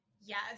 Yes